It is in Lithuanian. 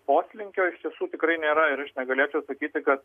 poslinkio iš tiesų tikrai nėra ir aš negalėčiau sakyti kad